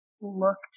looked